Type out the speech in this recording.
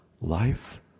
Life